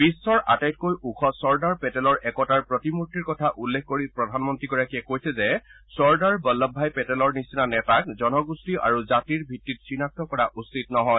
বিশ্বৰ আটাইতকৈ ওখ চৰ্দাৰ পেটেলৰ একতাৰ প্ৰতিমূৰ্তিৰ কথা উল্লেখ কৰি প্ৰধানমন্ত্ৰীগৰাকীয়ে কৈছে যে চৰ্দাৰ বল্লভ ভাই পেটেলৰ নিচিনা নেতাক জনগোষ্ঠী আৰু জাতিৰ ভিত্তিত চিনাক্ত কৰা উচিত নহয়